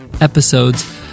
episodes